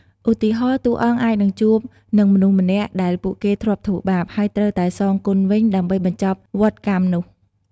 ឧទាហរណ៍ តួអង្គអាចនឹងជួបនឹងមនុស្សម្នាក់ដែលពួកគេធ្លាប់ធ្វើបាប ហើយត្រូវតែសងគុណវិញ ដើម្បីបញ្ចប់វដ្តកម្មនោះ។